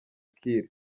kiir